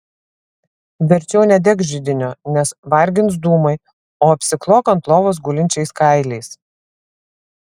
verčiau nedek židinio nes vargins dūmai o apsiklok ant lovos gulinčiais kailiais